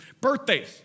birthdays